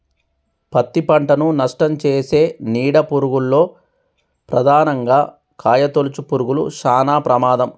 పత్తి పంటను నష్టంచేసే నీడ పురుగుల్లో ప్రధానంగా కాయతొలుచు పురుగులు శానా ప్రమాదం